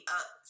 up